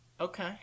Okay